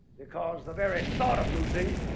because the very thought of losing